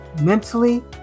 mentally